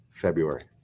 February